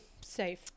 safe